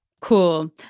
Cool